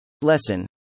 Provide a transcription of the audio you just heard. Lesson